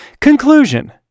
Conclusion